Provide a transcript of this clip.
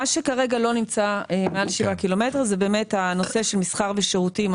מה שכרגע לא נמצא מעל שבעה קילומטר הוא באמת הנושא של מסחר ושירותים,